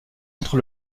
entre